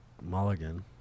Mulligan